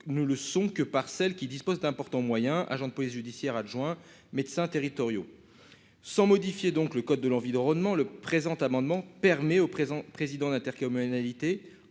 ne le sont que par celles qui dispose d'importants moyens, agent de police judiciaire adjoint médecins territoriaux sans modifier donc le code de l'envie de roman le présent amendement permet au présent, présidents d'intercommunalités